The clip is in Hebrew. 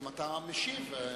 אדוני היושב-ראש,